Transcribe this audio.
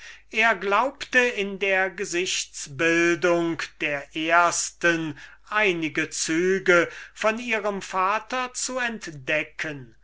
er glaubte in der gesichtsbildung der ersten einige züge von ihrem vater zu entdecken